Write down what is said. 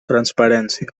transparència